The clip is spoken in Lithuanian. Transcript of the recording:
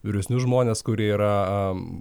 vyresnius žmones kurie yra